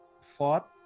fought